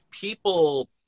people